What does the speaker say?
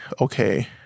okay